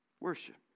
Worship